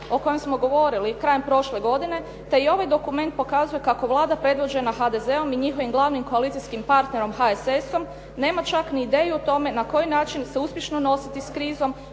o kojem smo govorili krajem prošle godine te i ovaj dokument pokazuje kako Vlada predvođena HDZ-om i njihovim glavnim koalicijskim partnerom HSS-om nema čak ni ideju o tome na koji način se uspješno nositi s krizom